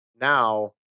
now